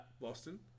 Boston